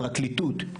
פרקליטות,